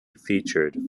featured